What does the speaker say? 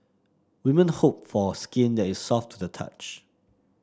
women hope for skin that is soft to the touch